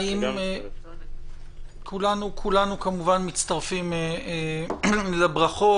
כולנו כמובן מצטרפים לברכות.